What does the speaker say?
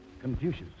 Confucius